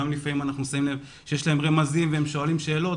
לפעמים אנחנו שמים לב כי יש רמזים והם שואלים שאלות,